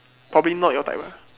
probably not your type ah